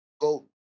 Go